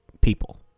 people